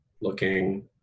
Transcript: looking